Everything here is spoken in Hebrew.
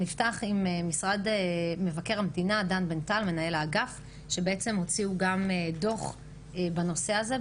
נפתח עם משרד מבקר המדינה שהוציאו דוח בנושא הזה.